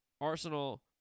Arsenal